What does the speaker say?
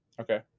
Okay